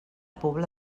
pobla